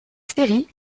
série